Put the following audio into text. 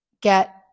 get